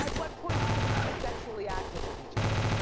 and what point did you become sexually active with each other?